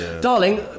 darling